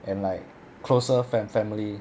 and like closer fam~ family